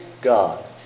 God